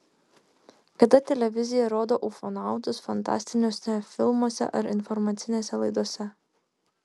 kada televizija rodo ufonautus fantastiniuose filmuose ar informacinėse laidose